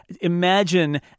imagine